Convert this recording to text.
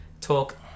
talk